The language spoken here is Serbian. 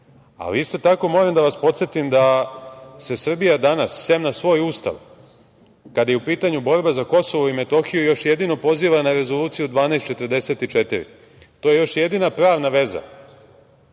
ali isto tako, moram da vas podsetim da se Srbija danas, sem na svoj Ustav, kada je u pitanju borba za Kosovo i Metohiju još jedino poziva na Rezoluciju 1244. To je još jedina pravna veza,